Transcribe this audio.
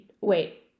Wait